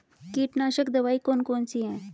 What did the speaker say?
कीटनाशक दवाई कौन कौन सी हैं?